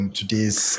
today's